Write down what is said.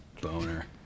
boner